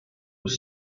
was